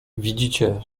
widzicie